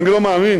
ואני לא מאמין,